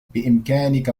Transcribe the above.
بإمكانك